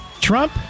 Trump